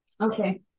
Okay